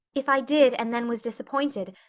if i did and then was disappointed,